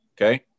okay